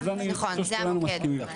נכון, זה המוקד.